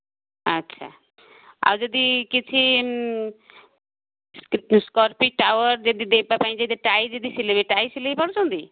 ଆଚ୍ଛା ଆଉ ଯଦି କିଛି ଯଦି ଦେବା ପାଇଁ ଯଦି ଟାଏ ଯଦି ସିଲେଇ ଟାଏ ସିଲେଇ କରୁଛନ୍ତି